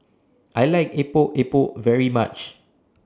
I like Epok Epok very much